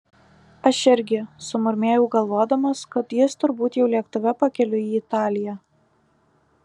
aš irgi sumurmėjau galvodamas kad jis turbūt jau lėktuve pakeliui į italiją